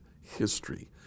history